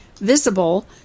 visible